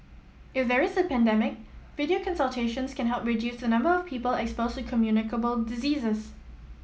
if there is a pandemic video consultations can help reduce the number of people exposed to communicable diseases